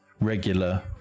regular